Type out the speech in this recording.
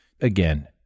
again